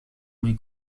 muy